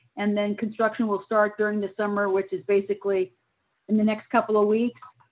and then construction will start during the summer, which is basically in the next couple of weeks.